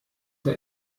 der